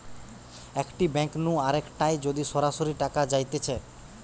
একটি ব্যাঙ্ক নু আরেকটায় যদি সরাসরি টাকা যাইতেছে